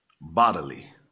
bodily